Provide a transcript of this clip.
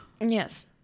yes